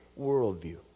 worldview